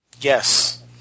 Yes